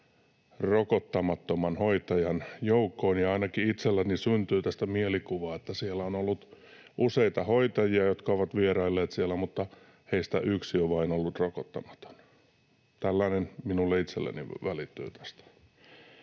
rokottamattoman hoitajan joukkoon. Ja ainakin itselläni syntyy tästä mielikuva, että siellä on ollut useita hoitajia, jotka ovat vierailleet siellä, mutta heistä vain yksi on ollut rokottamaton. Tällainen minulle itselleni välittyy tästä.